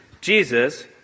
jesus